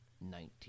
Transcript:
nineteen